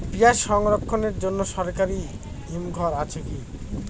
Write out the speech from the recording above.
পিয়াজ সংরক্ষণের জন্য সরকারি হিমঘর আছে কি?